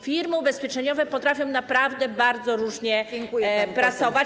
Firmy ubezpieczeniowe potrafią naprawdę bardzo różnie pracować.